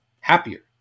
happier